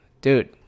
dude